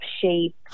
shape